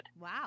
Wow